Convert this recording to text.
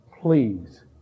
Please